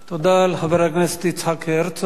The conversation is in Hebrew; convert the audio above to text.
תודה לחבר הכנסת יצחק הרצוג.